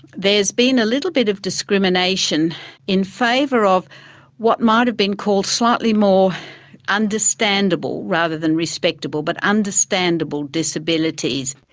there's been a little bit of discrimination in favour of what might have been called slightly more understandable rather than respectable, but understandable disabilities.